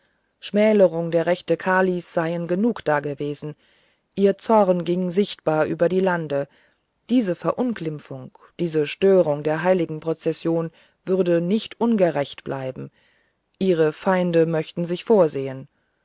schmälerungen der rechte kalis seien genug dagewesen ihr zorn ging sichtbar über die lande diese verunglimpfung diese störung der heiligen prozession würde nicht ungerächt bleiben ihre feinde möchten sich vorsehen